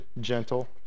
gentle